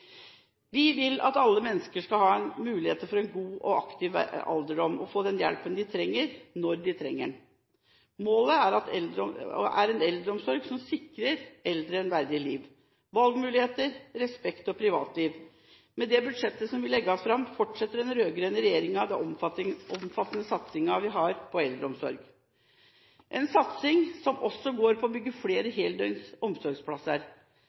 Vi vil at alle mennesker skal ha muligheter for en god og aktiv alderdom, og få den hjelpen de trenger, når de trenger den. Målet er en eldreomsorg som sikrer eldre et verdig liv, valgmuligheter, respekt og privatliv. Med det budsjettet som legges fram, fortsetter den rød-grønne regjeringen den omfattende satsingen vi har på eldreomsorg, en satsing som også går på å bygge flere heldøgns omsorgsplasser.